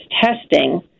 testing